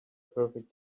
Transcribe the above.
perfect